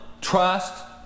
trust